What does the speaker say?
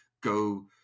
go